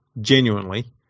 genuinely